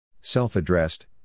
Self-addressed